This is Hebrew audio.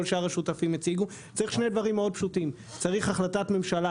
השותפים הציגו צריך שני דברים מאוד פשוטים: צריך החלטת ממשלה